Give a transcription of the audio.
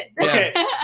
Okay